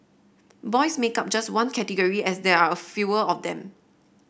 boys make up just one category as there are a fewer of them